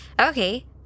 Okay